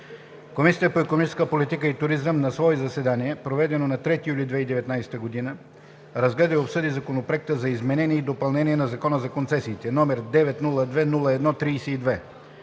Комисията по икономическа политика и туризъм на свое заседание, проведено на 3 юли 2019 г., разгледа и обсъди Законопроект за изменение и допълнение на Закона за концесиите, № 902-01-32.